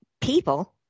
people